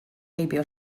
heibio